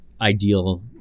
ideal